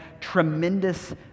tremendous